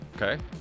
Okay